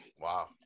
wow